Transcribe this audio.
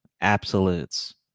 Absolutes